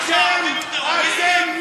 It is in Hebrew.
אתה אוטומטית, שהערבים מחבלים.